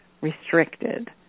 restricted